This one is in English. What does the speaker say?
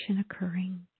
occurring